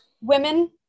women